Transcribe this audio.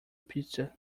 pizza